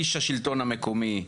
איש השלטון המקומי,